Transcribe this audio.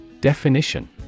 Definition